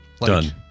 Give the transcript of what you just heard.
Done